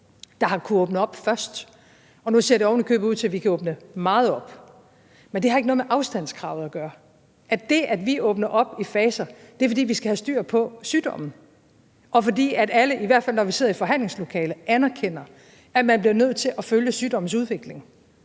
der har kunnet åbne op først, og nu ser det ovenikøbet ud til, at vi kan åbne meget op. Men det har ikke noget med afstandskravet at gøre. Vi åbner op i faser, fordi vi skal have styr på sygdommen, og fordi alle, i hvert fald når vi sidder i forhandlingslokalet, anerkender, at man bliver nødt til at følge sygdommens udvikling.